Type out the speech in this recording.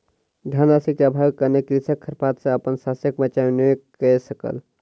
धन राशि के अभावक कारणेँ कृषक खरपात सॅ अपन शस्यक बचाव नै कय सकल